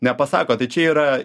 nepasako tai čia yra